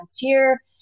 volunteer